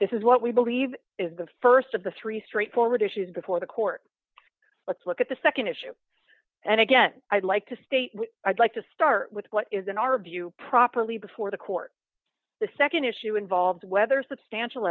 this is what we believe is the st of the three straightforward issues before the court let's look at the nd issue and again i'd like to state i'd like to start with what is in our view properly before the court the nd issue involves whether substantial